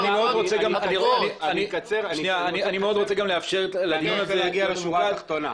אני רוצה להגיע לשורה האחרונה.